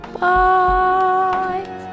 bye